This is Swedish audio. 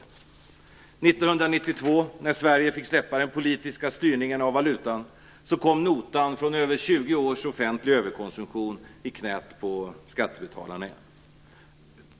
1992, när Sverige fick släppa den politiska styrningen av valutan, kom notan från över 20 års offentlig överkonsumtion i knät på skattebetalarna.